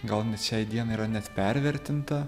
gal net šiai dienai yra net pervertinta